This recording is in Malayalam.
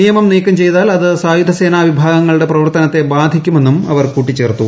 നിയമം നീക്കം ചെയ്താൽ അത് സായുധ സേനാ വിഭാഗങ്ങളുടെ പ്രവർത്തനത്തെ ബാധിക്കുമെന്നും അവർ കൂട്ടിച്ചേർത്തു